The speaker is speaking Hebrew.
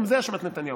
גם זה אשמת נתניהו.